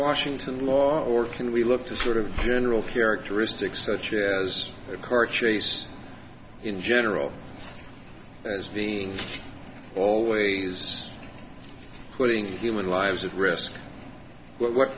washington law or can we look to sort of general characteristics such as car chase in general as being always putting human lives at risk were what